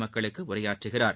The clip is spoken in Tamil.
மக்களுக்கு உரையாற்றுகிறார்